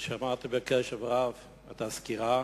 שמעתי בקשב רב את הסקירה,